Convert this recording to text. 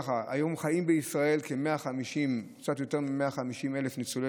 היום חיים בישראל קצת יותר מ-150,000 ניצולי